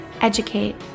educate